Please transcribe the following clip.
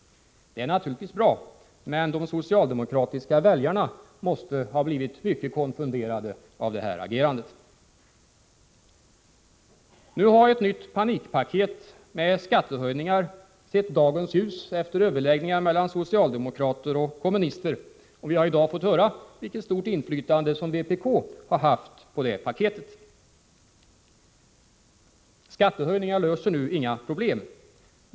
Det är naturligtvis bra, men de socialdemokratiska väljarna måste ha blivit mycket konfunderade av agerandet. Nu har ett nytt panikpaket med skattehöjningar sett dagens ljus, efter överläggningar mellan socialdemokraterna och kommunisterna, och vi har i dag fått höra vilket stort inflytande vpk har haft på det paketet. Men skattehöjningar löser inte några problem.